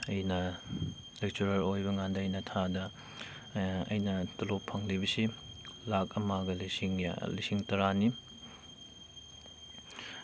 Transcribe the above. ꯑꯩꯅ ꯂꯦꯛꯆꯔ ꯑꯣꯏꯕ ꯀꯥꯟꯗ ꯑꯩꯅ ꯊꯥꯗ ꯑꯩꯅ ꯇꯣꯂꯣꯞ ꯐꯪꯂꯤꯕꯁꯤ ꯂꯥꯛ ꯑꯃꯒ ꯂꯤꯁꯤꯡ ꯂꯤꯁꯤꯡ ꯇꯔꯥꯅꯤ